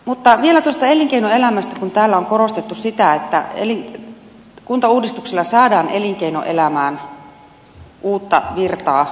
mutta vielä tuosta elinkeinoelämästä kun täällä on korostettu sitä että kuntauudistuksella saadaan elinkeinoelämään uutta virtaa